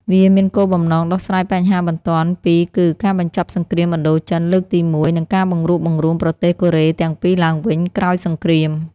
វាមានគោលបំណងដោះស្រាយបញ្ហាបន្ទាន់ពីរគឺ ការបញ្ចប់សង្គ្រាមឥណ្ឌូចិនលើកទី១ និងការបង្រួបបង្រួមប្រទេសកូរ៉េទាំងពីរឡើងវិញក្រោយសង្គ្រាម។